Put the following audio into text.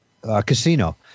casino